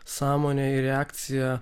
sąmonė ir reakcija